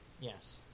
Yes